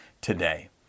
today